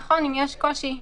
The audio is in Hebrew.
נכון, אם יש קושי.